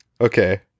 okay